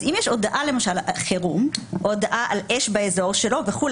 אז אם יש הודעת חירום או הודעה על אש באזור שלו וכו',